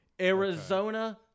Arizona